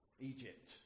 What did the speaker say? Egypt